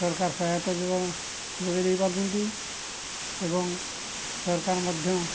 ସରକାର ସହାୟତା ଯୋଗେଇ ଦେଇପାରୁଛନ୍ତି ଏବଂ ସରକାର ମଧ୍ୟ